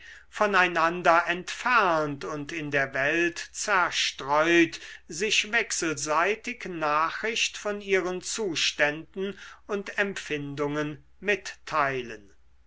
von einander entfernt und in der welt zerstreut sich wechselseitig nachricht von ihren zuständen und empfindungen mitteilen